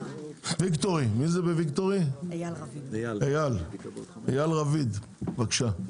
בזום לוויקטורי, אייל רביד, בבקשה.